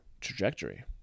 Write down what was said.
trajectory